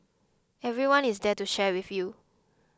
everyone is there to share with you